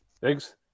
Thanks